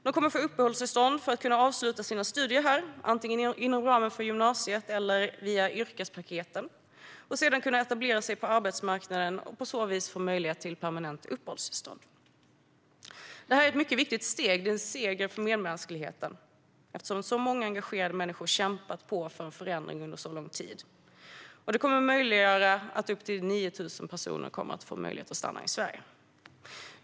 De kommer att få uppehållstillstånd för att kunna avsluta sina studier här, antingen inom ramen för gymnasiet eller via yrkespaketen, och sedan kunna etablera sig på arbetsmarknaden och på så vis få möjlighet till permanent uppehållstillstånd. Detta är ett mycket viktigt steg. Det är en seger för medmänskligheten eftersom så många engagerade människor har kämpat för en förändring under så lång tid. Det kommer att möjliggöra att upp till 9 000 personer kan få stanna i Sverige.